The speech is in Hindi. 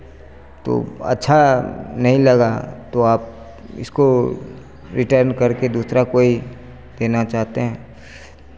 तो अच्छा नहीं लगा तो आप इसको रिटर्न करके दूसरा कोई देना चाहते हैं